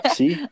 see